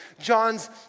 John's